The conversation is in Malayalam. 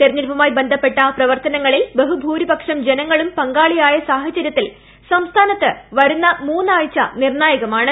ത്തെരഞ്ഞെടുപ്പുമായി ബന്ധ പ്പെട്ട പ്രവർത്തനങ്ങളിൽ ബഹുഭൂരിപ്പക്ഷം ജനങ്ങളും പങ്കാളിയായ സാഹചരൃത്തിൽ സംസ്ഥാനത്ത് വരുന്ന മൂന്നാഴ്ച നിർണായകമാ ണ്